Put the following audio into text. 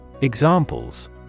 Examples